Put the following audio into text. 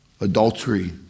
Adultery